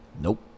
Nope